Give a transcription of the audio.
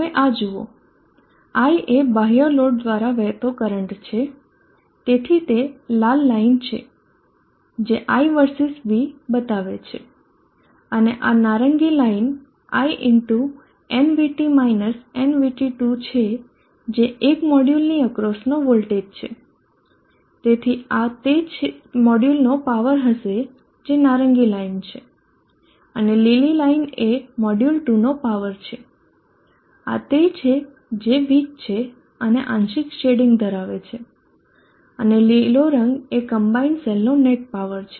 હવે આ જુઓ i એ બાહ્ય લોડ દ્વારા વહેતો કરંટ છે તેથી તે આ લાલ લાઈન છે જે i versus v બતાવે છે અને આ નારંગી line i x nvt nvt2 છે જે એક મોડ્યુલની અક્રોસનો વોલ્ટેજ છે તેથી આ તે મોડ્યુલનો પાવર હશે જે નારંગી લાઈન છે અને લીલી લાઇન એ મોડ્યુલ 2 નો પાવર છે આ તે છે જે વીક છે અને આંશિક શેડિંગ ધરાવે છે અને લીલો રંગ એ કમ્બાઈન્ડ સેલ નો નેટ પાવર છે